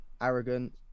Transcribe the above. arrogant